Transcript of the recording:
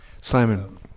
Simon